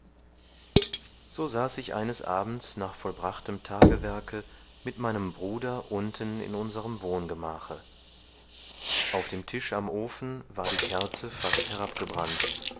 so saß ich eines abends nach vollbrachtem tagewerke mit meinem bruder unten in unserem wohngemache auf dem tisch am ofen war die kerze fast